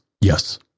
Yes